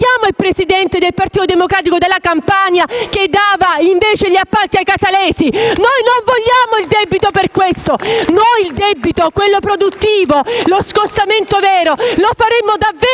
Noi non vogliamo il debito per questo. Noi il debito produttivo e lo scostamento vero lo faremo davvero